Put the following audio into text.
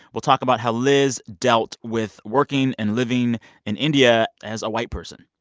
we'll talk about how liz dealt with working and living in india as a white person.